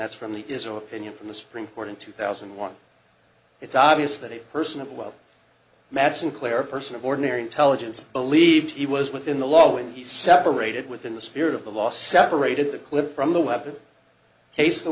that's from the is of opinion from the supreme court in two thousand and one it's obvious that a person of well madison clear person of ordinary intelligence believed he was within the law when he separated within the spirit of the law separated the clip from the weapon case the